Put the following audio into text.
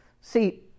See